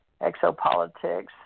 ExoPolitics